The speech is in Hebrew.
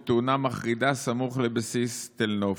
בתאונה מחרידה סמוך לבסיס תל נוף.